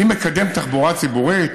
אני מקדם תחבורה ציבורית